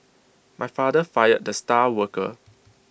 my father fired the star worker